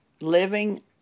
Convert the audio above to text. living